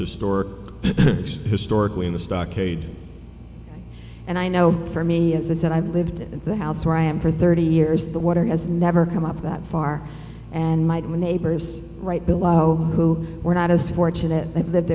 or store historically in the stockade and i know for me as i said i've lived in the house where i am for thirty years the water has never come up that far and might when neighbors right below who were not as fortunate i've lived